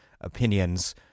opinions